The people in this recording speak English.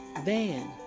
Van